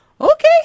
Okay